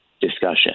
discussion